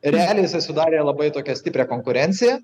realijai jisai sudarė labai tokią stiprią konkurenciją